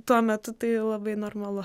tuo metu tai labai normalu